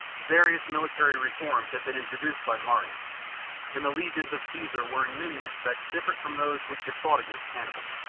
various military reforms had been introduced by marius and the legions of caesar were in many respects different from those which had fought against hannibal.